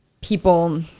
people